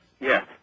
Yes